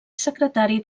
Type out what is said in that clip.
secretari